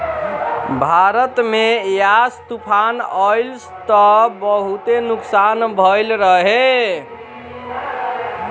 भारत में यास तूफ़ान अइलस त बहुते नुकसान भइल रहे